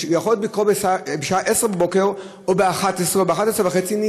זה יכול להיות בשעה 10:00 או ב-11:00 או ב-11:30,